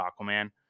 Aquaman